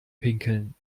pinkeln